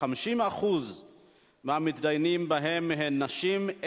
ש-50% מהמתדיינים בהם הם נשים?